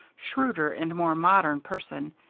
shrewder, and more modern person,